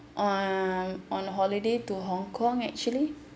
uh on holiday to hongkong actually